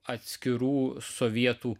atskirų sovietų